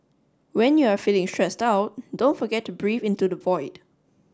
when you are feeling stressed out don't forget to breathe into the void